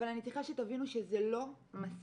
אבל אני צריכה שתבינו שזה לא מספיק.